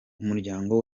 umuryango